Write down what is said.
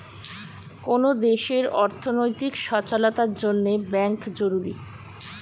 কোন দেশের অর্থনৈতিক সচলতার জন্যে ব্যাঙ্ক জরুরি